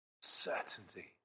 certainty